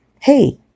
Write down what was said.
hey